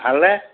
ভালনে